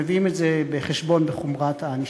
מביאים את זה בחשבון בחומרת הענישה.